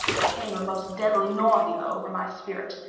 there came a most deadly nausea over my spirit,